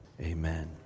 amen